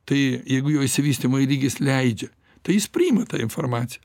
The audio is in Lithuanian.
tai jeigu jau išsivystymo lygis leidžia tai jis priima tą informaciją